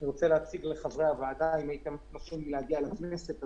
אני רוצה להציג לחברי הוועדה אם הייתם מרשים לי להגיע לכנסת,